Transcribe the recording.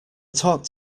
talked